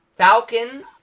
Falcons